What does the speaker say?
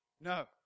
No